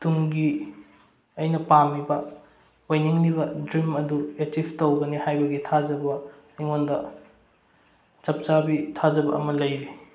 ꯇꯨꯡꯒꯤ ꯑꯩꯅ ꯄꯥꯝꯃꯤꯕ ꯑꯣꯏꯅꯤꯡꯂꯤꯕ ꯗ꯭ꯔꯤꯝ ꯑꯗꯨ ꯑꯦꯆꯤꯞ ꯇꯧꯒꯅꯤ ꯍꯥꯏꯕꯒꯤ ꯊꯥꯖꯕ ꯑꯩꯉꯣꯟꯗ ꯆꯞ ꯆꯥꯕꯤ ꯊꯥꯖꯕ ꯑꯃ ꯂꯩꯔꯤ